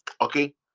okay